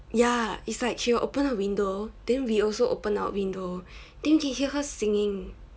ya it's like she will open the window then we also open our window then you can hear her singing